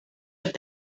have